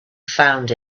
found